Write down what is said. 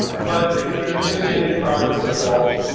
but, if there's going to be any progress at all,